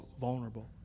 vulnerable